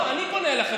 לא, אני פונה אליכם.